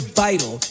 vital